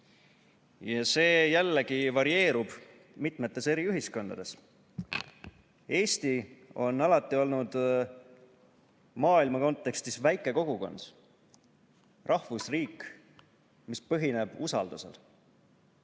ja see jällegi varieerub mitmetes ühiskondades. Eesti on alati olnud maailma kontekstis väike kogukond, rahvusriik, mis põhineb usaldusel,